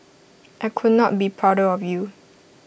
I could not be prouder of you